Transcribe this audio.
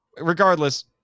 regardless